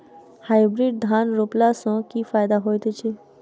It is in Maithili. हाइब्रिड धान रोपला सँ की फायदा होइत अछि?